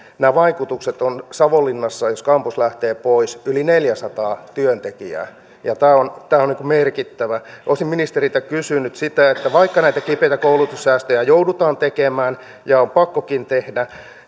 nämä vaikutukset ovat savonlinnassa jos kampus lähtee pois yli neljäsataa työntekijää ja tämä on merkittävä olisin ministeriltä kysynyt sitä että vaikka näitä koulutussäästöjä joudutaan tekemään ja on pakkokin tehdä